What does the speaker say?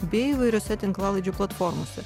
bei įvairiose tinklalaidžių platformose